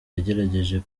yagerageje